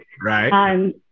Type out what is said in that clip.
right